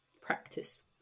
practice